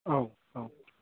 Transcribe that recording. औ औ